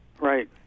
Right